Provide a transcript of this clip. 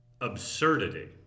absurdity